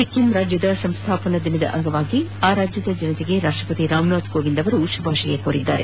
ಸಿಕ್ಕಿಂ ರಾಜ್ಯದ ಸಂಸ್ಥಾಪನಾ ದಿನದ ಅಂಗವಾಗಿ ಆ ರಾಜ್ಯದ ಜನತೆಗೆ ರಾಷ್ಟಪತಿ ರಾಮನಾಥ್ ಕೋವಿಂದ್ ಶುಭಾಷಯ ಕೋರಿದ್ದಾರೆ